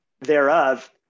thereof